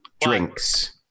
Drinks